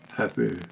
happy